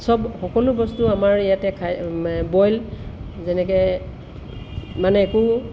চব সকলো বস্তু আমাৰ ইয়াতে খাই বইল যেনেকৈ মানে একো